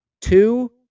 Two